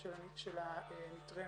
של הנתרמת,